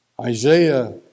Isaiah